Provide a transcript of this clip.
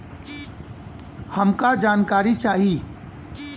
हमका जानकारी चाही?